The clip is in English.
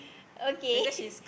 okay